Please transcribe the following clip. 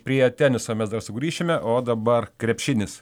prie teniso mes dar sugrįšime o dabar krepšinis